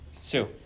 Sue